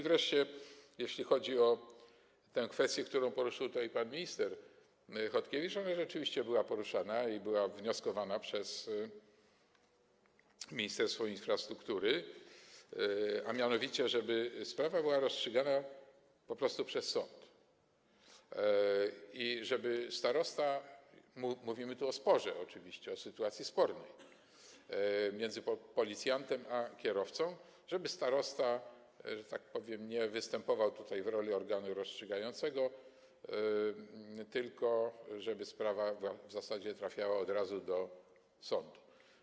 Wreszcie jeśli chodzi o tę kwestię, którą poruszył tutaj pan minister Chodkiewicz, to ona rzeczywiście była poruszona i było wnioskowane przez Ministerstwo Infrastruktury, żeby sprawa była rozstrzygana po prostu przez sąd - oczywiście mówimy tu o sporze, o sytuacji spornej między policjantem a kierowcą - żeby starosta, że tak powiem, nie występował tutaj w roli organu rozstrzygającego, tylko żeby sprawa w zasadzie trafiała od razu do sądu.